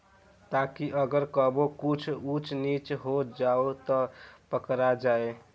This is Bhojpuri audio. ताकि अगर कबो कुछ ऊच नीच हो जाव त पकड़ा जाए